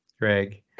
Greg